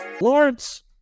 Lawrence